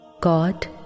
God